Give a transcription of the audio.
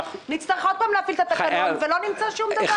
נצטרך עוד פעם להפעיל את התקנון ולא נמצא שום דבר.